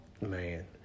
Man